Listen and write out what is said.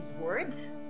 words